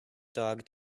dog